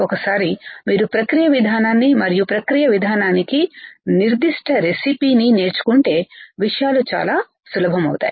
ఒకసారి మీరు ప్రక్రియ విధానాన్ని మరియు ప్రక్రియ విధానానికి నిర్దిష్ట రెసిపీ ని నేర్చుకుంటే విషయాలు చాలా సులభం అవుతాయి